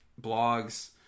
blogs